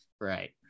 Right